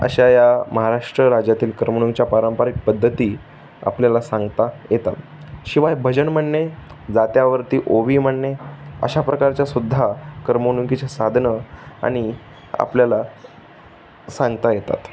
अशा या महाराष्ट्र राज्यातील करमणुकीच्या पारंपरिक पद्धती आपल्याला सांगता येतात शिवाय भजन म्हणणे जात्यावरती ओवी म्हणणे अशा प्रकारच्या सुद्धा करमणुकीचे साधनं आणि आपल्याला सांगता येतात